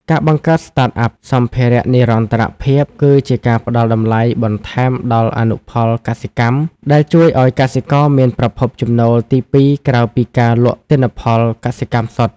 ការបង្កើត Startup សម្ភារៈនិរន្តរភាព គឺជាការផ្ដល់តម្លៃបន្ថែមដល់អនុផលកសិកម្ម ដែលជួយឱ្យកសិករមានប្រភពចំណូលទីពីរក្រៅពីការលក់ទិន្នផលកសិកម្មសុទ្ធ។